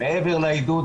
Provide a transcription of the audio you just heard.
מעבר לעידוד